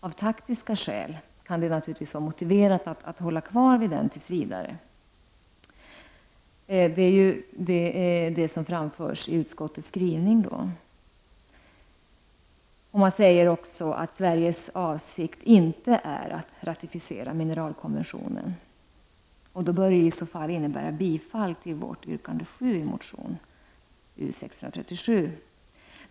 Av taktiska skäl kan det vara motiverat att hålla kvar vid den tills vidare, och det är vad utskottet anför i sin skrivning. Utskottet säger också att Sveriges avsikt inte är att ratificera mineralkonventionen. Det bör i så fall innebära bifall till yrkande 7 i vår motion U637.